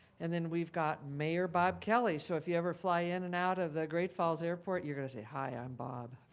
and then we've got mayor bob kelly, so if you ever fly in and out of the great falls airport, you're gonna say, hi, i'm bob.